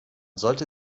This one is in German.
sollte